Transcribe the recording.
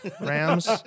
Rams